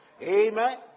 Amen